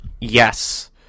Yes